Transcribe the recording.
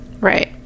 Right